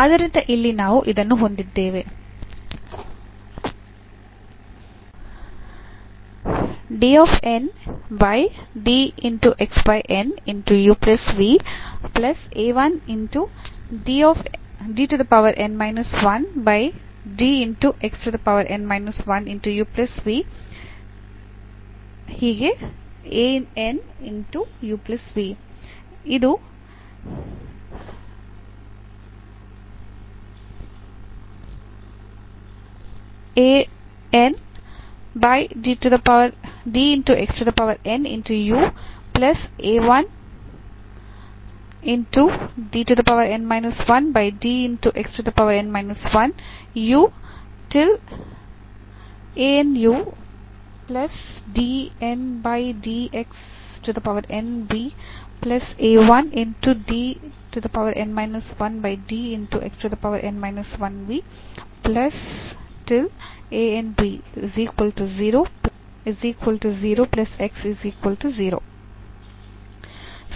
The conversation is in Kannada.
ಆದ್ದರಿಂದ ಇಲ್ಲಿ ನಾವು ಇದನ್ನು ಹೊಂದಿದ್ದೇವೆ